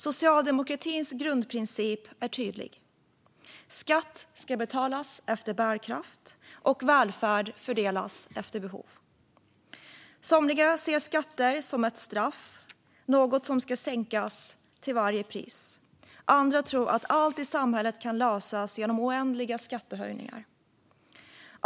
Socialdemokratins grundprincip är tydlig: Skatt ska betalas efter bärkraft och välfärd fördelas efter behov. Somliga ser skatter som ett straff och något som ska sänkas till varje pris. Andra tror att allt i samhället kan lösas genom oändliga skattehöjningar.